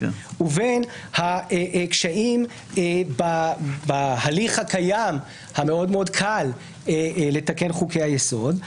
ובין הקשיים בהליך הקיים המאוד מאוד קל לתקן חוקי יסוד,